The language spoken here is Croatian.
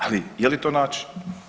Ali, je li to način?